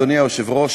אדוני היושב-ראש,